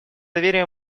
доверия